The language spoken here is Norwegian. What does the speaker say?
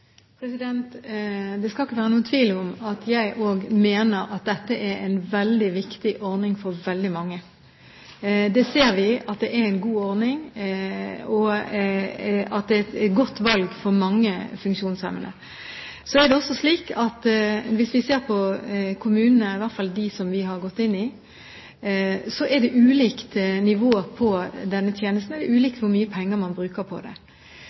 Det skal ikke være noen tvil om at også jeg mener at dette er en veldig viktig ordning for veldig mange. Vi ser at det er en god ordning, og at det er et godt valg for mange funksjonshemmede. Så er det også slik at hvis vi ser på kommunene, i hvert fall dem vi har gått inn i, så er det ulikt nivå på denne tjenesten, og det er ulikt hvor mye penger man bruker på det.